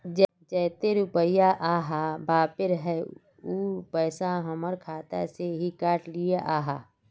जयते रुपया आहाँ पाबे है उ पैसा हमर खाता से हि काट लिये आहाँ?